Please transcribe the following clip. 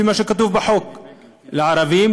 לפי מה שכתוב בחוק: לערבים,